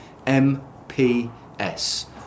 MPS